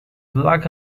black